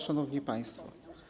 Szanowni Państwo!